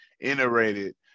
iterated